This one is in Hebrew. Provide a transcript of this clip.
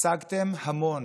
השגתם המון.